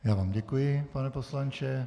Já vám děkuji, pane poslanče.